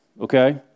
okay